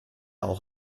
auch